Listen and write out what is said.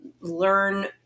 learn